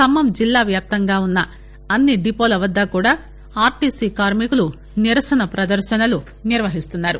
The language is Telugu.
ఖమ్మం జిల్లా వ్యాప్తంగా గల అన్ని డిపోల వద్ద కూడా ఆర్టీసీ కార్మికులు నిరసన పదర్శనలు నిర్వహిస్తున్నారు